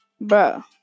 bro